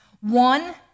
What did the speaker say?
One